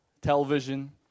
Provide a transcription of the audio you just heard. television